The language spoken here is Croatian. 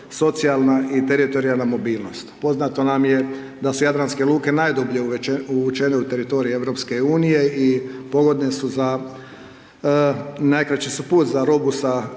socijalna i teritorijalna mobilnost. Poznato nam je da su jadranske luke najdublje uvučene u teritorij EU i pogodne su za najkraći su put za robu